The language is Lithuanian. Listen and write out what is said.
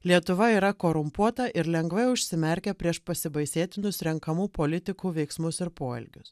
lietuva yra korumpuota ir lengvai užsimerkia prieš pasibaisėtinus renkamų politikų veiksmus ir poelgius